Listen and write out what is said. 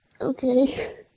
okay